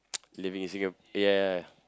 living in Singa~ yeah